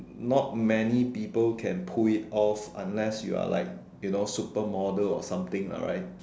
not many people can pull it off unless you are like you know supermodel or something lah right